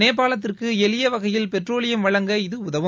நேபாளத்திற்கு எளிய வகையில் பெட்ரோலியம் வழங்க இது உதவும்